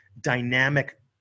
dynamic